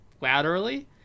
laterally